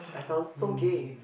I sound so gay